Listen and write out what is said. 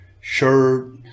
shirt